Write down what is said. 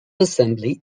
assembly